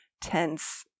tense